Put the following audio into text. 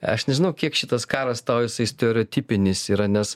aš nežinau kiek šitas karas tau jisai stereotipinis yra nes